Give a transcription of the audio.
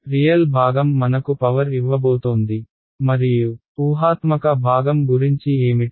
కాబట్టి రియల్ భాగం మనకు పవర్ ఇవ్వబోతోంది మరియు ఊహాత్మక భాగం గురించి ఏమిటి